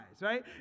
right